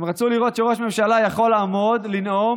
הם רצו לראות שראש ממשלה יכול לעמוד, לנאום